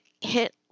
hit